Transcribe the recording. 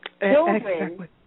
Children